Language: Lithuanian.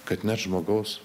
kad net žmogaus